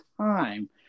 time